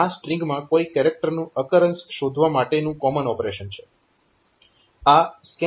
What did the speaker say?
આ સ્ટ્રીંગમાં કોઈ કેરેક્ટરનું અકરન્સ શોધવા માટેનું કોમન ઓપરેશન છે